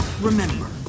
Remember